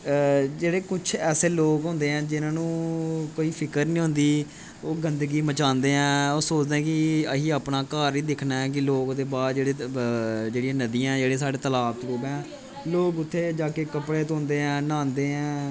जेह्ड़े कुछ ऐसे लोक होंदे ऐ जि'न्ना नूं कोई फिकर नीं होंदी ओह् गंदगी मचांदे आं ओह् सोचदेआं कि आहीं अपना घार ही दिक्खना ऐ ते बार जेह्ड़े नदियां जेह्ड़े तलाब न उ'नै लोक उत्थै कपड़े धोंदे ऐं नहांदे ऐं